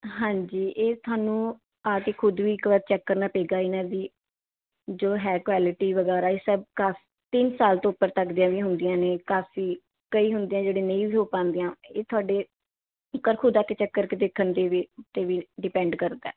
ਹਾਂਜੀ ਇਹ ਤੁਹਾਨੂੰ ਆ ਕੇ ਖੁਦ ਵੀ ਇੱਕ ਵਾਰ ਚੈੱਕ ਕਰਨਾ ਪਏਗਾ ਇਹਨਾਂ ਦੀ ਜੋ ਹੈ ਕੁਐਲਿਟੀ ਵਗੈਰਾ ਇਹ ਸਭ ਕਾ ਤਿੰਨ ਸਾਲ ਤੋਂ ਉੱਪਰ ਤੱਕ ਦੀਆਂ ਵੀ ਹੁੰਦੀਆਂ ਨੇ ਕਾਫੀ ਕਈ ਹੁੰਦੇ ਹੈ ਜਿਹੜੇ ਨਹੀਂ ਵੀ ਹੋ ਪਾਉਂਦੀਆਂ ਇਹ ਤੁਹਾਡੇ ਇੱਕ ਵਾਰ ਖੁਦ ਆ ਕੇ ਚੈੱਕ ਕਰਕੇ ਦੇਖਣ ਦੀ ਵੀ 'ਤੇ ਵੀ ਡਿਪੈਂਡ ਕਰਦਾ